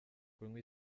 kunywa